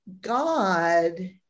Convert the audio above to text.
God